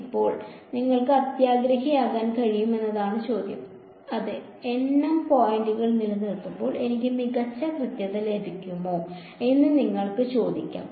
ഇപ്പോൾ നിങ്ങൾക്ക് അത്യാഗ്രഹിയാകാൻ കഴിയും എന്നതാണ് ചോദ്യം അതേ എണ്ണം പോയിന്റുകൾ നിലനിർത്തുമ്പോൾ എനിക്ക് മികച്ച കൃത്യത ലഭിക്കുമോ എന്ന് നിങ്ങൾക്ക് ചോദിക്കാം